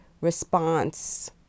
response